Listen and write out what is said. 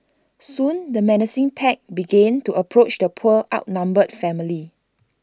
soon the menacing pack began to approach the poor outnumbered family